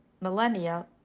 millennia